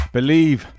Believe